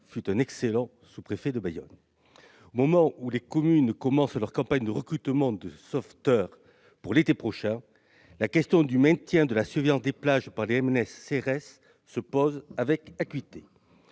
fut un excellent sous-préfet de Bayonne. Au moment où les communes commencent leur campagne de recrutement de sauveteurs pour l'été prochain, la question du maintien de la surveillance des plages par les maîtres-nageurs